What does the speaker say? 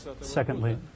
Secondly